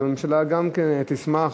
אז הממשלה גם כן תשמח.